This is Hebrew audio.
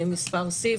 מספר שיא,